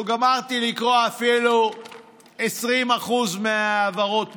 לא גמרתי לקרוא אפילו 20% מההעברות.